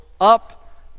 up